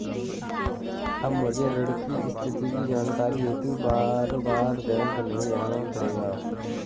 अब मुझे ऋण की स्थिति की जानकारी हेतु बारबार बैंक नहीं जाना पड़ेगा